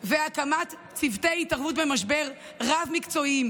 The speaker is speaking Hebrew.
והקמת צוותי התערבות במשבר רב-מקצועיים.